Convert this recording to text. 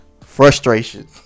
frustration